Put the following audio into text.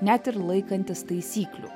net ir laikantis taisyklių